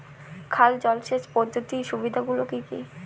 খাল জলসেচ পদ্ধতির সুবিধাগুলি কি কি?